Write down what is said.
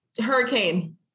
Hurricane